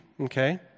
okay